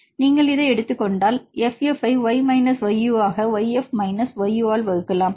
நீங்கள் இதை எடுத்துக் கொண்டால் fF ஐ y மைனஸ் YU ஆக yF மைனஸ் YUஆல் வகுக்கலாம்